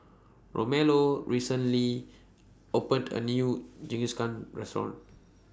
Romello recently opened A New Jingisukan Restaurant